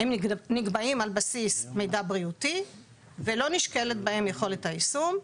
הם נקבעים על בסיס מידע בריאותי ולא נשקלת בהם יכולת היישום.